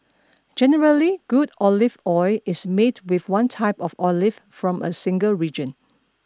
generally good olive oil is made with one type of olive from a single region